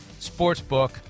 Sportsbook